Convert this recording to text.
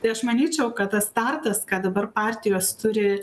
tai aš manyčiau kad tas startas ką dabar partijos turi